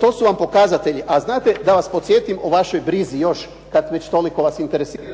To su vam pokazatelji. A znate, da vas podsjetim o vašoj brizi kad već toliko vas interesira.